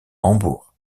hambourg